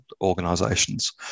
organisations